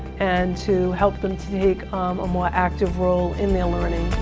and to help them to take a more active role in their learning.